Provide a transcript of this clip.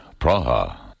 Praha